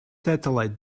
satellite